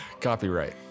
Copyright